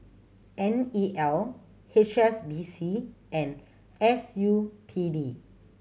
N E L H S B C and S U T D